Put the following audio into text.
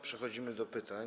Przechodzimy do pytań.